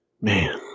Man